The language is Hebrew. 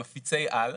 מפיצי-על,